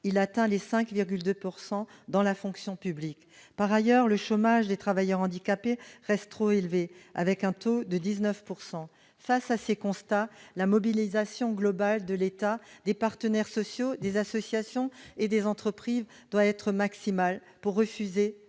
Il atteint 5,2 % dans la fonction publique. Par ailleurs, le chômage des travailleurs handicapés reste trop élevé, avec un taux de 19 %. Face à ces constats, la mobilisation globale de l'État, des partenaires sociaux, des associations et des entreprises doit être maximale pour refuser